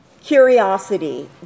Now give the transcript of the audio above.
curiosity